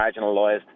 marginalised